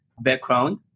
background